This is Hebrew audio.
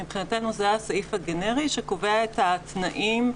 מבחינתנו זה הסעיף הגנרי שקובע את התנאים,